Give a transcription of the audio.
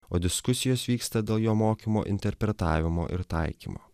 o diskusijos vyksta dėl jo mokymo interpretavimo ir taikymo